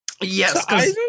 Yes